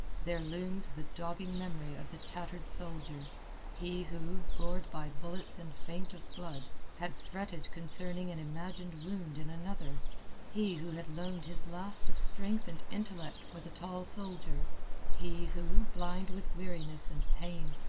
there loomed the dogging memory of the tattered soldier he who, gored by bullets and faint of blood, had fretted concerning an imagined wound in another he who had loaned his last of strength and intellect for the tall soldier he who, blind with weariness and pain,